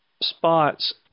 spots